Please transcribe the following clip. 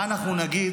מה אנחנו נגיד,